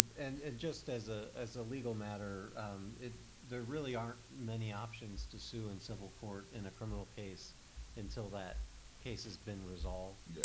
and just as ah as a legal matter there really aren't many options to sue in civil court in a criminal case until that case has been resolved. yeah.